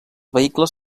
vehicles